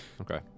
Okay